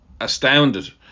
astounded